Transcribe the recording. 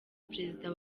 perezida